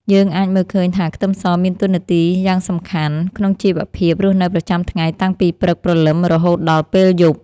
យើងអាចមើលឃើញថាខ្ទឹមសមានតួនាទីយ៉ាងសំខាន់ក្នុងជីវភាពរស់នៅប្រចាំថ្ងៃតាំងពីព្រឹកព្រលឹមរហូតដល់ពេលយប់។